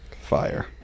fire